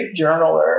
journaler